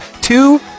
Two